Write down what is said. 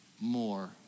more